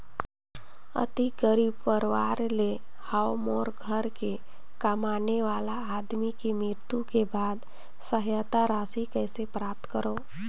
अति गरीब परवार ले हवं मोर घर के कमाने वाला आदमी के मृत्यु के बाद सहायता राशि कइसे प्राप्त करव?